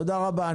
תודה רבה.